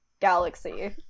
galaxy